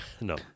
no